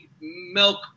milk